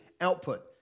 output